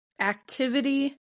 activity